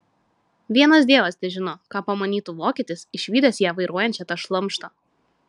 vienas dievas težino ką pamanytų vokietis išvydęs ją vairuojančią tą šlamštą